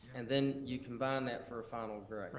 and then you combine that for a final grade.